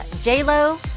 J-Lo